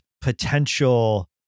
potential